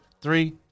Three